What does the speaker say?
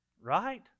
Right